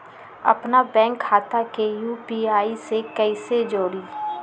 अपना बैंक खाता के यू.पी.आई से कईसे जोड़ी?